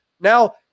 Now